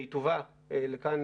היא תובא לכאן,